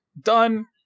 Done